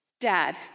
Dad